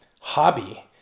hobby